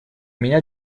меня